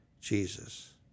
Jesus